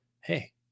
hey